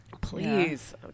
Please